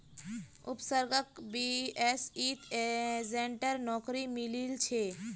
उपसर्गक बीएसईत एजेंटेर नौकरी मिलील छ